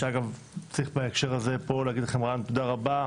שאגב צריך בהקשר הזה להגיד לכם תודה רבה,